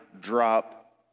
drop